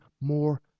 more